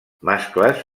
mascles